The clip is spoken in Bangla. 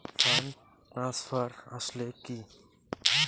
ফান্ড ট্রান্সফার আসলে কী?